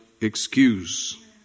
excuse